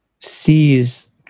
sees